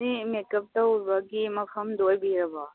ꯏꯅꯦ ꯃꯦꯛꯀꯞ ꯇꯧꯕꯒꯤ ꯃꯐꯝꯗꯣ ꯑꯣꯏꯕꯤꯔꯕꯣ